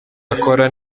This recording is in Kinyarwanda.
akora